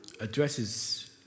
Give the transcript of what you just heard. addresses